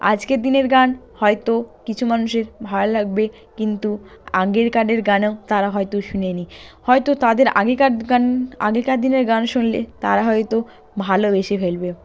আজকের দিনের গান হয়তো কিছু মানুষের ভালো লাগবে কিন্তু আগের কারের গানও তারা হয়তো শুনে নি হয়তো তাদের আগেকার গান আগেকার দিনের গান শুনলে তারা হয়তো ভালোবেসে ফেলবে